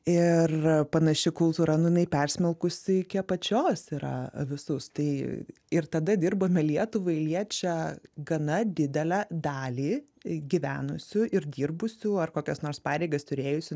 ir panaši kultūra nu jinai persmelkusi iki apačios yra visus tai ir tada dirbome lietuvai liečia gana didelę dalį gyvenusių ir dirbusių ar kokias nors pareigas turėjusių